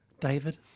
David